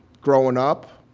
growing up.